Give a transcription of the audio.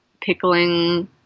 pickling